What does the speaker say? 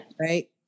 right